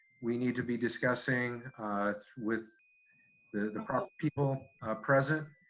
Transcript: we need to be discussing with the proper people present,